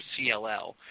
CLL